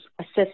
assist